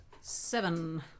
Seven